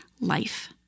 life